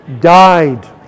died